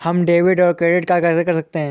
हम डेबिटऔर क्रेडिट कैसे कर सकते हैं?